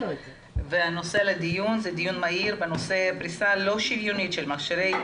והנושא לדיון הוא דיון מהיר בנושא פריסה לא שוויונית של מכשירי